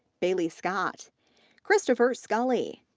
bailey scott christopher sculley,